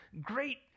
great